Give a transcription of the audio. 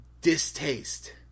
distaste